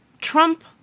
Trump